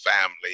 family